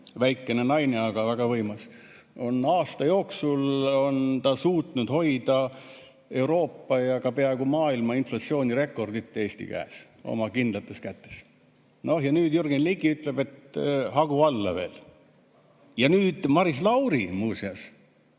väike naine, aga väga võimas. Aasta jooksul on ta suutnud hoida Euroopa ja ka peaaegu maailma inflatsioonirekordit Eesti käes, oma kindlates kätes. Ja nüüd Jürgen Ligi ütleb, et hagu alla veel. Maris Lauri muuseas